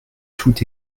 tout